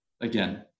again